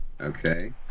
Okay